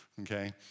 Okay